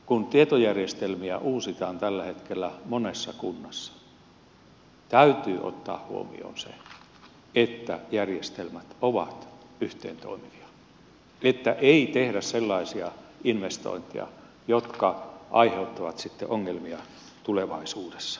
kun tietojärjestelmiä uusitaan tällä hetkellä monessa kunnassa täytyy ottaa huomioon se että järjestelmät ovat yhteentoimivia että ei tehdä sellaisia investointeja jotka aiheuttavat sitten ongelmia tulevaisuudessa